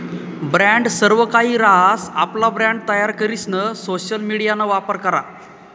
brand सर्वकाहि रहास, आपला ब्रँड तयार करीसन सोशल मिडियाना वापर करा